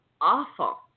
awful